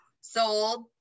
sold